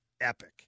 epic